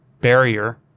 barrier